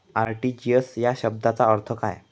RTGS या शब्दाचा अर्थ काय?